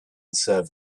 serve